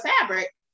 fabric